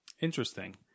interesting